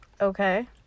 Okay